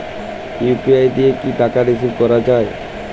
UPI দিয়ে কি টাকা রিসিভ করাও য়ায়?